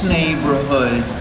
neighborhood